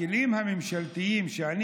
הכלים הממשלתיים שאני